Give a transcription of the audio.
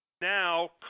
now